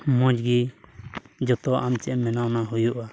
ᱢᱚᱡᱽ ᱜᱮ ᱡᱚᱛᱚᱣᱟᱜ ᱟᱢ ᱪᱮᱫ ᱮᱢ ᱢᱮᱱᱟ ᱚᱱᱟ ᱦᱩᱭᱩᱜᱼᱟ